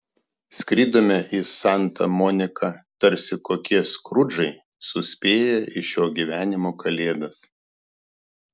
skridome į santa moniką tarsi kokie skrudžai suspėję į šio gyvenimo kalėdas